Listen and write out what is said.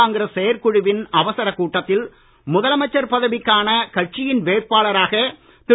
காங்கிரஸ் செயற்குழுவின் அவசரக் கூட்டத்தில் முதலமைச்சர் பதவிக்கான கட்சியின் வேட்பாளராகத் திரு